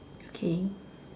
okay